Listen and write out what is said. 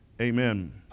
amen